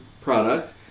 product